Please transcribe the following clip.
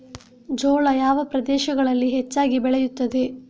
ಜೋಳ ಯಾವ ಪ್ರದೇಶಗಳಲ್ಲಿ ಹೆಚ್ಚಾಗಿ ಬೆಳೆಯುತ್ತದೆ?